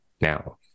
now